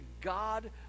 god